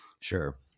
Sure